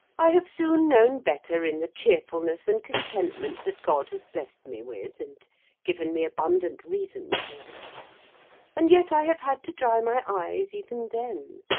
i have soon known better in the cheerfulness and contentment that god has blessed me with and given me abundant reason for and yet i have had to dry my eyes even then,